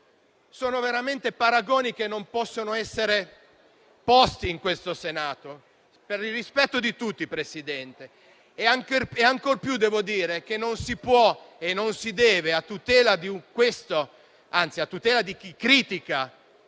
Sono veramente paragoni che non possono essere posti in questo Senato per il rispetto di tutti e ancor più devo dire che non si può e non si deve, a tutela di chi critica